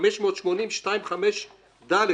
580(2)(5)(ד)